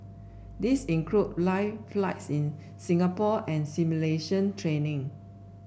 these include live flights in Singapore and simulation training